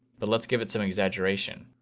but let's give it some exaggeration.